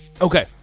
Okay